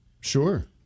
Sure